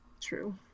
True